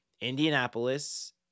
indianapolis